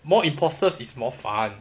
more imposters is more fun